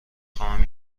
خواهم